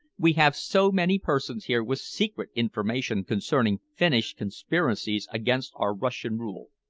we have so many persons here with secret information concerning finnish conspiracies against our russian rule.